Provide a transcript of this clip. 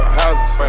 houses